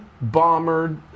bomber